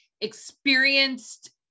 experienced